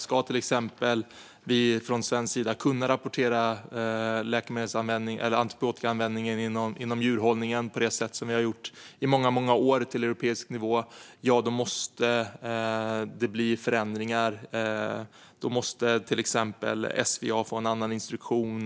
Om vi från svensk sida till exempel ska kunna rapportera läkemedels eller antibiotikaanvändningen inom djurhållningen på det sätt som vi har gjort i många år till europeisk nivå måste det bli förändringar. Då måste till exempel SVA eller Jordbruksverket få en annan instruktion.